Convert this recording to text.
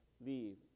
leave